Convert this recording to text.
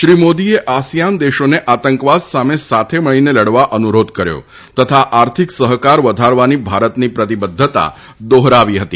શ્રી મોદીએ આસીયાન દેશોન આતંકવાદ સામ સાથ મળીન લડવા અનુરોધ કર્યો તથા આર્થિક સહકાર વધારવાની ભારતની પ્રતિબદ્વતા દોહરાવી હતી